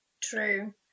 True